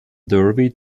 derby